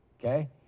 okay